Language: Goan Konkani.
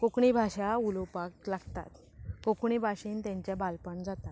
कोंकणी भाशा उलोवपाक लागतात कोंकणी भाशेन तांचें बालपण जातात